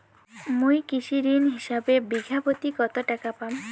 মুই কৃষি ঋণ হিসাবে বিঘা প্রতি কতো টাকা পাম?